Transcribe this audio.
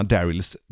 Daryls